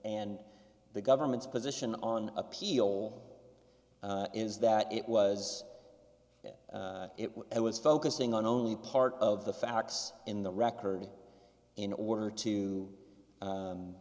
and the government's position on appeal is that it was that it was focusing on only part of the facts in the record in order